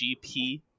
gp